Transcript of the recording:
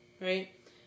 right